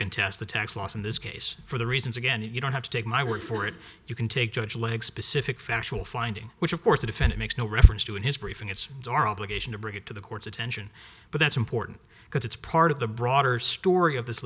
contest the tax laws in this case for the reasons again you don't have to take my word for it you can take judge leg specific factual finding which of course the defense makes no reference to in his briefing it's dar obligation to bring it to the court's attention but that's important because it's part of the broader story of this